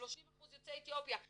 30% יוצאי אתיופיה,